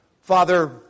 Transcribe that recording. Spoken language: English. Father